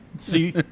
See